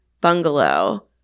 bungalow